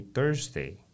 Thursday